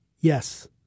yes